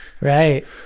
Right